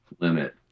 limit